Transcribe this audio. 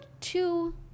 two